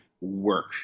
work